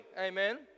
Amen